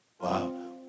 wow